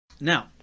now